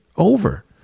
over